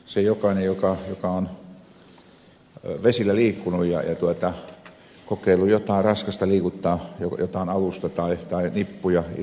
sen tietää jokainen joka on vesillä liikkunut ja kokeillut jotain raskasta liikuttaa jotain alusta tai nippuja